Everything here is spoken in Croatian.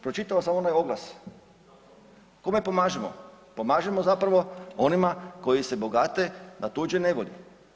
Pročitao sam onaj oglas, kome pomažemo, pomažemo zapravo onima koji se bogate na tuđoj nevolji.